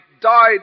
died